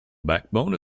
backbone